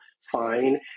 fine